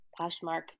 Poshmark